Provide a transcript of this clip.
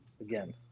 again